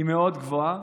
היא מאוד גבוהה,